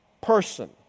person